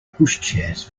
pushchairs